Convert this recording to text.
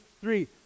three